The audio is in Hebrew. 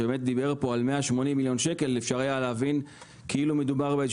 שדיבר פה על 180 מיליון ₪- אפשר היה להבין כאילו מדובר באיזה